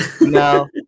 No